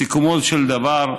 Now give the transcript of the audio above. סיכומו של דבר,